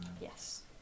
Yes